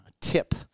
Tip